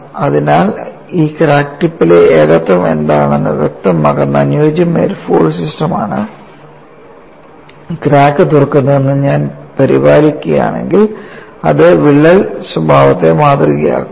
അതിനാൽ ഈ ക്രാക്ക് ടിപ്പിലെ ഏകത്വം എന്താണെന്ന് വ്യക്തമാക്കുന്ന അനുയോജ്യമായ ഒരു ഫോഴ്സ് സിസ്റ്റമാണ് ക്രാക്ക് തുറക്കുന്നതെന്ന് ഞാൻ പരിപാലിക്കുകയാണെങ്കിൽ അത് വിള്ളൽ സ്വഭാവത്തെ മാതൃകയാക്കും